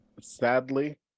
sadly